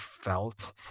felt